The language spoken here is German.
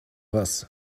was